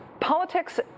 Politics